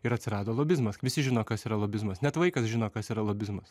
ir atsirado lobizmas visi žino kas yra lobizmas net vaikas žino kas yra lobizmas